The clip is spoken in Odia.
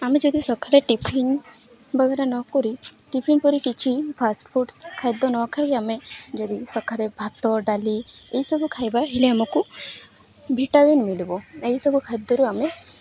ଆମେ ଯଦି ସଖାଲେ ଟିଫନ୍ ବଗେରା ନକରି ଟିଫିନ୍ ପରି କିଛି ଫାଷ୍ଟଫୁଡ଼ସ୍ ଖାଦ୍ୟ ନ ଖାଇ ଆମେ ଯଦି ସଖାଳେ ଭାତ ଡ଼ାଲି ଏଇସବୁ ଖାଇବା ହେଲେ ଆମକୁ ଭିଟାମିିନ୍ ମିଳିବ ଏହିସବୁ ଖାଦ୍ୟରୁ ଆମେ